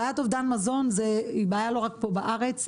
בעיית אובדן מזון היא בעיה לא רק פה בארץ,